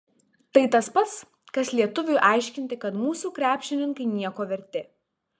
tai tas pats kas lietuviui aiškinti kad mūsų krepšininkai nieko verti